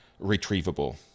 retrievable